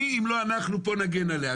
מי אם לא אנחנו פה נגן עליה?